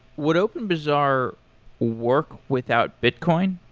would openbazaar work without bitcoin?